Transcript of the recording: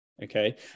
Okay